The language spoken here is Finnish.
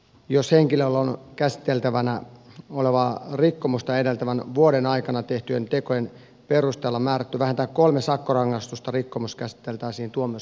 jos henkilö on käsiteltävänä olevaa rikkomusta edeltävän vuoden aikana tehtyjen tekojen perusteella määrätty vähintään kolme sakkorangaistusta rikkomus käsiteltäisiin tuomas